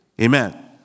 Amen